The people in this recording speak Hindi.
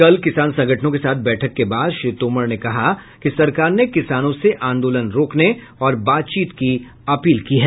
कल किसान संगठनों के साथ बैठक के बाद श्री तोमर ने कहा कि सरकार ने किसानों से आंदोलन रोकने और बातचीत की अपील की है